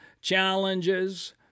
challenges